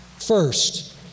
First